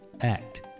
act